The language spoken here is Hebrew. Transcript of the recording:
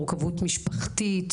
מורכבות משפחתית,